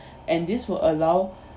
and this will allow